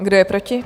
Kdo je proti?